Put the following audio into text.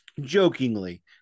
Jokingly